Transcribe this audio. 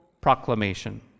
proclamation